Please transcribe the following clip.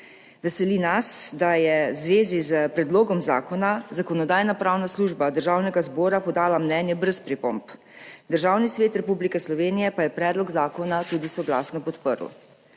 Veseli nas, da je v zvezi s predlogom zakona Zakonodajno-pravna služba Državnega zbora podala mnenje brez pripomb, Državni svet Republike Slovenije pa je predlog zakona tudi soglasno podprl.